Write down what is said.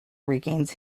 regains